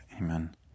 amen